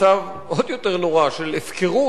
מצב עוד יותר נורא של הפקרות